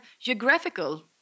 geographical